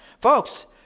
Folks